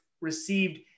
received